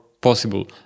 possible